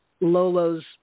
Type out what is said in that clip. Lolo's